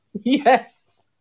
yes